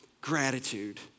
gratitude